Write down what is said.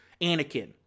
anakin